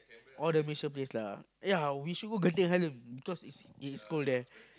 all the Malaysia place lah ya we should go Genting-Highlands cause it is it is cold there